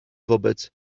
wobec